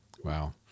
wow